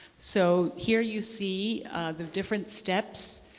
so here you see the different steps,